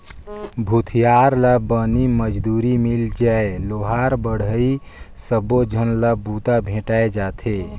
भूथियार ला बनी मजदूरी मिल जाय लोहार बड़हई सबो झन ला बूता भेंटाय जाथे